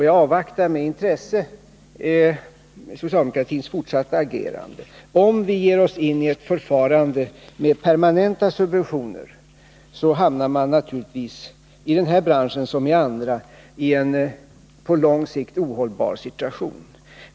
Jag avvaktar med intresse socialdemokratins fortsatta agerande. Om vi ger oss in i ett förfarande med permanenta subventioner, hamnar vi naturligtvis — i den här branschen liksom i andra branscher i en på lång sikt ohållbar situation.